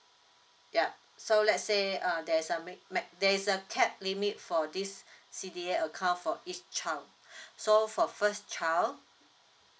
yup so let's say uh there's a mat~ mat~ there's a cap limit for this C_D_A account for each child so for first child